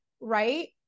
Right